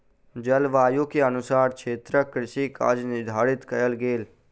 जलवायु के अनुसारे क्षेत्रक कृषि काज निर्धारित कयल गेल